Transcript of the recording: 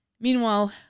Meanwhile